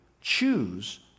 choose